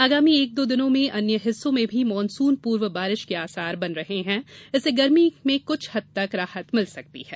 आगामी एक दो दिन में अन्य हिस्सों में भी मानसून पूर्व बारिष के आसार बन रहे हैं इससे गर्मी में कुछ हद तक राहत मिल सकती है